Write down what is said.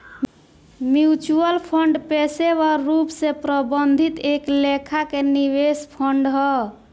mutual fund पेशेवर रूप से प्रबंधित एक लेखा के निवेश फंड हा